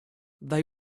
they